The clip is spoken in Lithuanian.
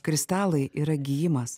kristalai yra gijimas